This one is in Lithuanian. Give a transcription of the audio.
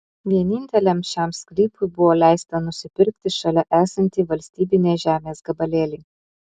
vieninteliam šiam sklypui buvo leista nusipirkti šalia esantį valstybinės žemės gabalėlį